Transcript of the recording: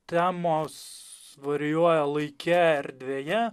temos varijuoja laike erdvėje